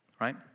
right